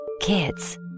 Kids